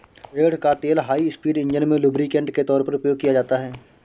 रेड़ का तेल high speed engine में लुब्रिकेंट के तौर पर उपयोग किया जाता है